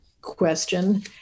question